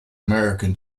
american